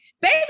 baby